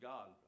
God